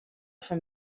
fan